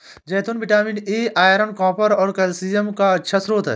जैतून vitamin E, iron, copper और calcium का अच्छा स्रोत हैं